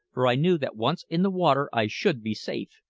for i knew that once in the water i should be safe,